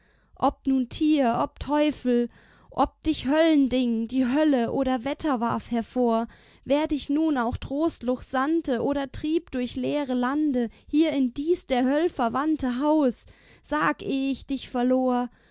ob nun tier ob teufel ob dich höllending die hölle oder wetter warf hervor wer dich nun auch trostlos sandte oder trieb durch leere lande hier in dies der höll verwandte haus sag eh ich dich verlor